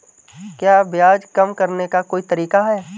क्या ब्याज कम करने का कोई तरीका है?